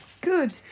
Good